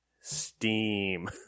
Steam